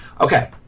Okay